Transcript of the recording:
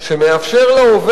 נמנעים.